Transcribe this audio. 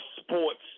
sports